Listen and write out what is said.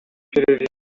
perezida